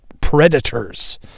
predators